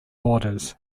boarders